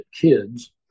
kids